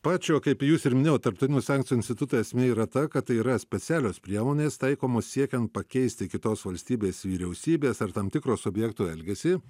pačio kaip jūs ir minėjot tarptautinių sankcijų instituto esmė yra ta kad tai yra specialios priemonės taikomos siekiant pakeisti kitos valstybės vyriausybės ar tam tikro subjekto elgesį